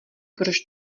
proč